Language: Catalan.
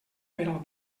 pel